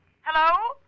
Hello